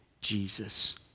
Jesus